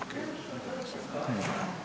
Hvala